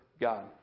God